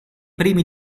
primi